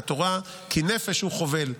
כי נפש הוא חובל".